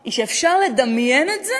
היא שאפשר לדמיין את זה